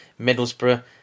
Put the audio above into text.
Middlesbrough